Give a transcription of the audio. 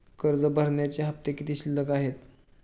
कर्ज भरण्याचे किती हफ्ते शिल्लक आहेत?